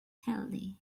healthy